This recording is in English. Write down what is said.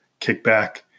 kickback